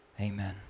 amen